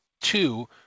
two